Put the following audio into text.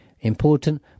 important